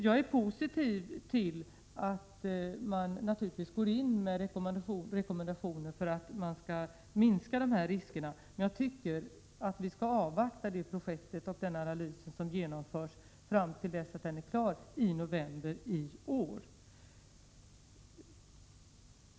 Jag är positiv till att gå in med rekommendationer för att minska riskerna. Men jag tycker att vi skall avvakta det projekt och den analys som genomförs. Resultatet skall vara färdigt i november i år.